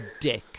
dick